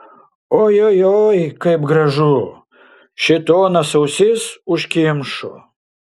oi oi oi kaip gražu šėtonas ausis užkimšo